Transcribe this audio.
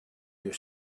you